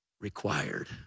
required